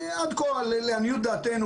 לעניות דעתי,